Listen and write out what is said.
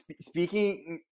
speaking